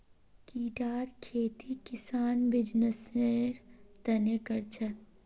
कीड़ार खेती किसान बीजनिस्सेर तने कर छे